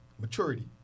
maturity